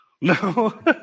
No